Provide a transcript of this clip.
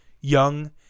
Young